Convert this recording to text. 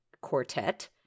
quartet